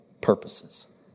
purposes